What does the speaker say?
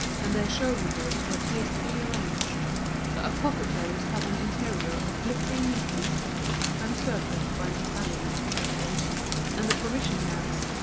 and their show-windows were tastefully arranged the apothecary's had an interior of glittering neatness unsurpassed by an italian apothecary's and the provision-man's,